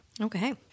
Okay